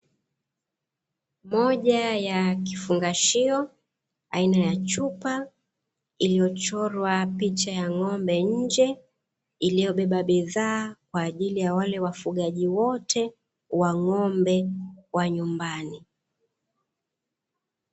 Moja ya kifungashio aina ya chupa iliyochorwa picha ya ngombe nje, iliyobeba bidhaa kwaajili ya wale wafugaji wote wa ngombe wa nyumbani.